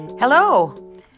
Hello